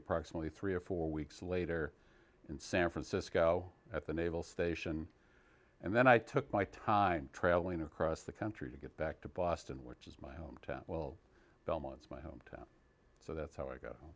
approximately three or four weeks later in san francisco at the naval station and then i took my time traveling across the country to get back to boston which is my hometown belmont's my hometown so that's how i got